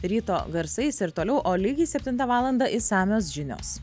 ryto garsais ir toliau o lygiai septintą valandą išsamios žinios